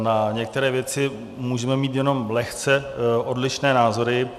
Na některé věci můžeme mít jenom lehce odlišné názory.